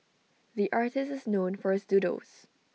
the artist is known for his doodles